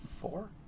four